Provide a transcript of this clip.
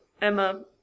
Emma